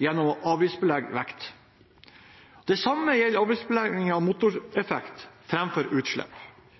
gjennom å avgiftsbelegge vekt. Det samme gjelder det å avgiftsbelegge motoreffekt framfor utslipp.